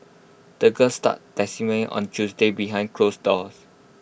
the girl started on Tuesday behind close doors